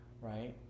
Right